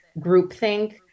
groupthink